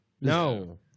No